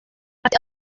ati